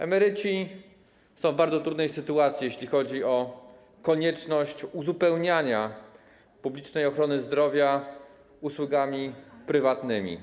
Emeryci są w bardzo trudnej sytuacji, jeśli chodzi o konieczność uzupełniania publicznej ochrony zdrowia usługami prywatnymi.